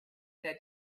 said